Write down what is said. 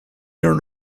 your